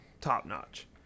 top-notch